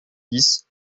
dix